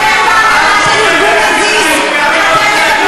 את גזענית, את גזענית.